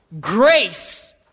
grace